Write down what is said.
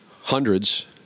Hundreds